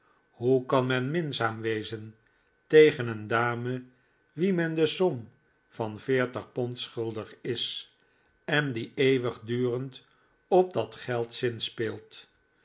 hoe kan men minzaam wezen tegen een dame wie men de som van veertig pond schuldig is en die eeuwigdurend op dat geld zinspeelt